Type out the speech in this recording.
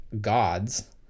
gods